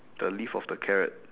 the leaf of the carrot